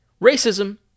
Racism